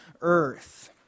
earth